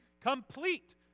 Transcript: complete